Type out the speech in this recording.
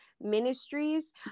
ministries